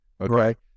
okay